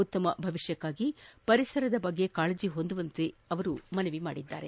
ಉತ್ತಮ ಭವಿಷ್ಯಕ್ಕಾಗಿ ಪರಿಸರದ ಬಗ್ಗೆ ಕಾಳಜಿ ಹೊಂದುವಂತೆಯೂ ಅವರು ಮನವಿ ಮಾಡಿದ್ದಾರೆ